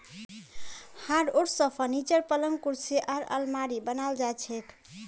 hardwood स furniture, पलंग कुर्सी आर आलमारी बनाल जा छेक